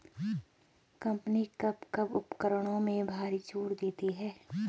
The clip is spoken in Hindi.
कंपनी कब कब उपकरणों में भारी छूट देती हैं?